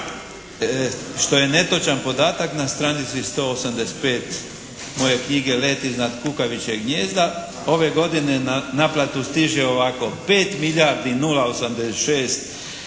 što je netočan podatak. Na stranici 185 moje knjige "Let iznad kukavičjeg gnijezda" ove godine na naplatu stiže ovako 5 milijardi 086 milijuna